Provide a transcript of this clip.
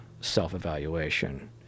Self-evaluation